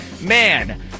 Man